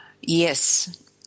Yes